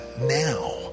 now